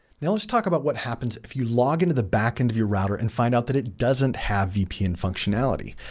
now let's talk about what happens if you log into the backend of your router and find out that it doesn't have vpn functionality.